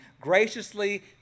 graciously